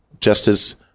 justice